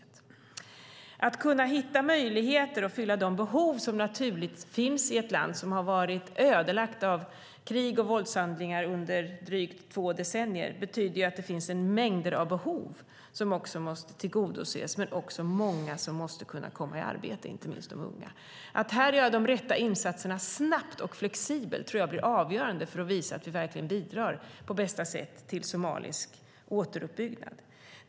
Det handlar om att kunna hitta möjligheter och fylla de behov som naturligt finns i ett land som har varit ödelagt av krig och våldshandlingar under drygt två decennier. Det finns mängder av behov som måste tillgodoses men också många som måste komma i arbete, inte minst de unga. Att här göra de rätta insatserna snabbt och flexibelt tror jag blir avgörande för att visa att vi verkligen bidrar på bästa sätt till somalisk återuppbyggnad.